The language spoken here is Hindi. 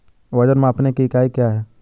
वजन मापने की इकाई क्या है?